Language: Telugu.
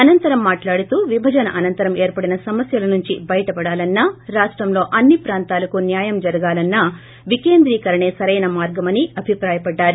అనంతరం మాట్లాడుతూ విభజన అనంతరం ఏర్పడిన సమస్యల నుంచి బయటపడాలన్నా రాష్టంలో అన్ని పాంతాలకు న్యాయం జరగాలన్నా వికేందీకరణే సరైన మార్గమని ఆయన అభిపాయపడారు